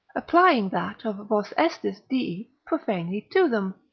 applying that of vos estis dii profanely to them,